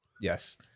yes